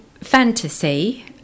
fantasy